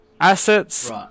assets